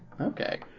okay